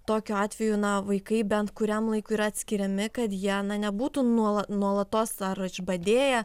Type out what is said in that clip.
tokiu atveju na vaikai bent kuriam laikui yra atskiriami kad jie na nebūtų nuola nuolatos ar išbadėję